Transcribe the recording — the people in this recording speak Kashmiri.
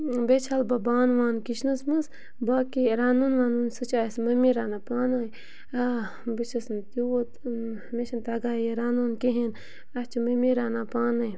بیٚیہِ چھَلہٕ بہٕ بانہٕ وانہٕ کِچنَس مَنٛز باقی رَنُن وَنُن سُہ چھُ اَسہِ ممی رَنان پانَے بہٕ چھَس نہٕ تیوٗت مےٚ چھُنہٕ تَگان یہِ رَنُن کِہیٖنۍ اَسہِ چھِ ممی رَنان پانَے